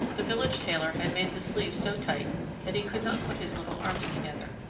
the village tailor had made the sleeves so tight that he could not put his little arms together.